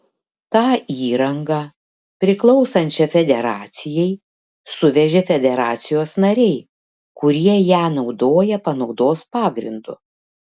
tą įrangą priklausančią federacijai suvežė federacijos nariai kurie ją naudoja panaudos pagrindu